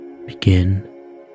begin